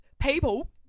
people